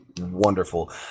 wonderful